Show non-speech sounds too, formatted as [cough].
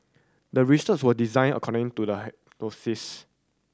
the research was designed according to the [unintelligible]